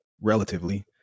relatively